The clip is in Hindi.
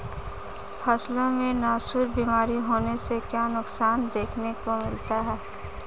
फसलों में नासूर बीमारी होने से क्या नुकसान देखने को मिलता है?